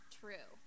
true